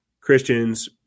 Christians